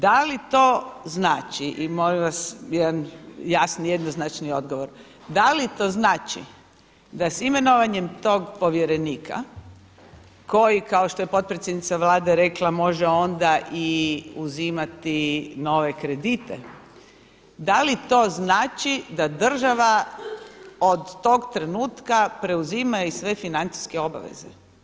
Da li to znači i molim vas jednoznačni odgovor, da li to znači da se s imenovanjem tog povjerenika koji kao što je potpredsjednica Vlade može onda i uzimati i nove kredite, da li to znači da država od tog trenutka preuzima i sve financijske obaveze?